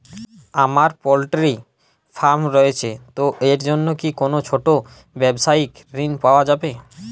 আমার poultry farm রয়েছে তো এর জন্য কি কোনো ছোটো ব্যাবসায়িক ঋণ পাওয়া যাবে?